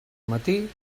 matí